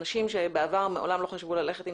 אנשים שבעבר מעולם לא חשבו ללכת עם